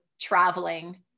traveling